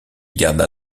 garda